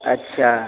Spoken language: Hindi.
अच्छा